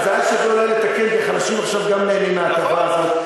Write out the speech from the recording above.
אז החלשים עכשיו גם נהנים מההטבה הזאת,